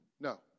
No